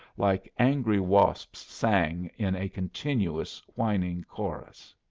like angry wasps sang in a continuous whining chorus.